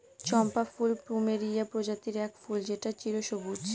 চম্পা ফুল প্লুমেরিয়া প্রজাতির এক ফুল যেটা চিরসবুজ